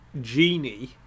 genie